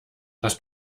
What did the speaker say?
dass